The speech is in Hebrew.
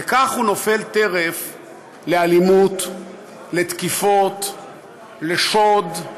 וכך הוא נופל טרף לאלימות, לתקיפה, לשוד,